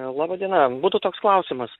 laba diena būtų toks klausimas